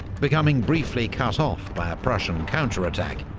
becoming briefly cut off by a prussian counterattack,